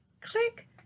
Click